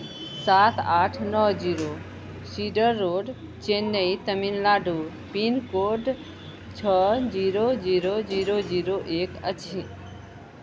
सात आठ नओ zero cedar road Chennai Tamil Nadu pincode छओ जीरो जीरो जीरो जीरो एक अछि